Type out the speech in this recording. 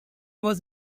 was